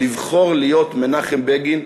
לבחור להיות מנחם בגין,